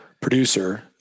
producer